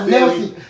Nelson